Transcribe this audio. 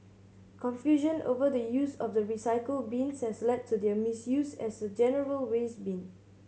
confusion over the use of the recycle bins has led to their misuse as a general waste bin